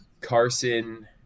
Carson